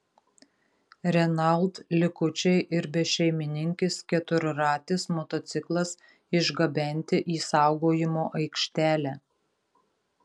renault likučiai ir bešeimininkis keturratis motociklas išgabenti į saugojimo aikštelę